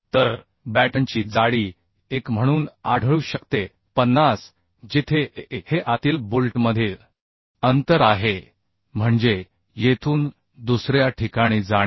तर बॅटनची जाडी एक म्हणून आढळू शकते 50 जेथे a हे आतील बोल्टमधील अंतर आहे म्हणजे येथून दुसऱ्या ठिकाणी जाणे